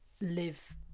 live